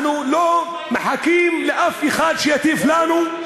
אנחנו לא מחכים לאף אחד שיטיף לנו.